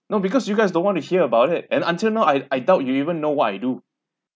no because you guys don't want to hear about it and until now I I doubt you even know what I do